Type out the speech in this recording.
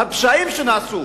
את הפשעים שנעשו,